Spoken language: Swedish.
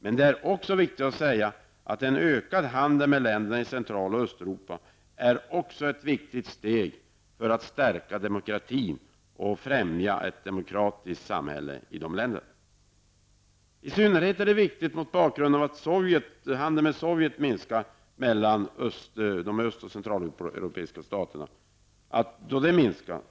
Men det är också viktigt att säga att en ökad handel med länderna i Central och Östeuropa är ett viktigt steg för att stärka demokratin och främja ett demokratiskt samhälle i de länderna. Det är i synnerhet viktigt därför att dessa länders handel med Sovjet minskar.